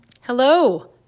Hello